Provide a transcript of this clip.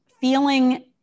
feeling